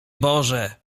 boże